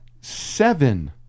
seven